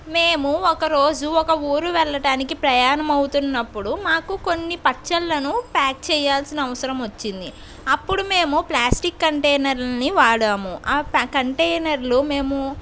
మేము ఒకరోజు ఒక ఊరు వెళ్లడానికి ప్రయాణం అవుతున్నప్పుడు మాకు కొన్ని పచ్చళ్లను ప్యాక్ చేయాల్సిన అవసరం వచ్చింది అప్పుడు మేము ప్లాస్టిక్ కంటైనర్లని వాడాము ఆ కంటైనర్లో మేము